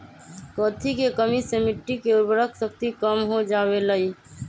कथी के कमी से मिट्टी के उर्वरक शक्ति कम हो जावेलाई?